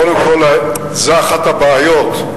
קודם כול, זה אחת הבעיות.